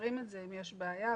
מאפשרים את זה אם יש בעיה,